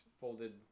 folded